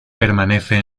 permanece